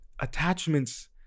attachments